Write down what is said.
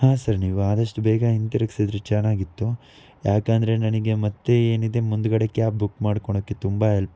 ಹಾಂ ಸರ್ ನೀವು ಆದಷ್ಟು ಬೇಗ ಹಿಂತಿರ್ಗಿಸಿದ್ರೆ ಚೆನ್ನಾಗಿತ್ತು ಯಾಕಂದರೆ ನನಗೆ ಮತ್ತೆ ಏನಿದೆ ಮುಂದುಗಡೆ ಕ್ಯಾಬ್ ಬುಕ್ ಮಾಡ್ಕೋಳೊಕ್ಕೆ ತುಂಬ ಎಲ್ಪ್